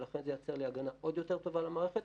ולכן זה יאפשר לי הגנה עוד יותר טובה למערכת.